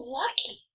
lucky